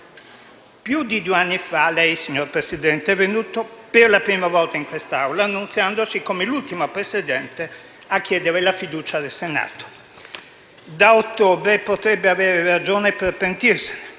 Più di due anni fa, signor Presidente, lei è venuto per la prima volta in quest'Aula annunziandosi come l'ultimo Presidente a chiedere la fiducia al Senato. Da ottobre potrebbe avere ragione per pentirsene